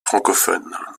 francophones